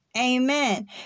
Amen